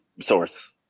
source